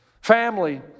family